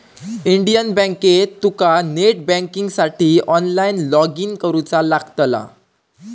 Indian बँकेत तुका net बँकिंगसाठी ऑनलाईन लॉगइन करुचा लागतला